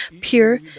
pure